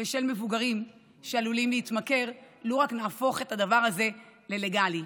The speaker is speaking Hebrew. ושל מבוגרים שעלולים להתמכר לו רק נהפוך את הדבר הזה ללגלי.